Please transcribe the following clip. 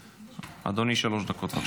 בבקשה, אדוני, שלוש דקות.